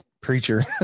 preacher